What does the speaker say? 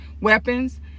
weapons